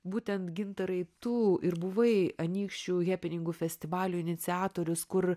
būtent gintarai tu ir buvai anykščių hepeningų festivalių iniciatorius kur